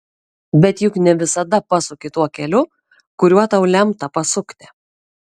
bet juk ne visada pasuki tuo keliu kuriuo tau lemta pasukti